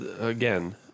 again